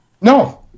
No